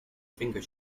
finger